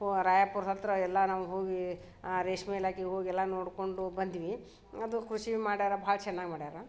ಓ ರಾಯಪುರ್ದ ಹತ್ತಿರ ಎಲ್ಲ ನಾವು ಹೋಗಿ ರೇಷ್ಮೆ ಇಲಾಖೆಗೆ ಹೋಗಿ ಎಲ್ಲ ನೋಡಿಕೊಂಡು ಬಂದ್ವಿ ಅದು ಕೃಷಿ ಮಾಡಾರ ಭಾಳ ಚೆನ್ನಾಗಿ ಮಾಡ್ಯಾರ